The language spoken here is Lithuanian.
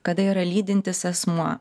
kada yra lydintis asmuo